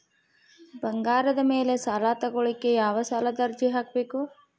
ಬಂಗಾರದ ಮ್ಯಾಲೆ ಸಾಲಾ ತಗೋಳಿಕ್ಕೆ ಯಾವ ಸಾಲದ ಅರ್ಜಿ ಹಾಕ್ಬೇಕು?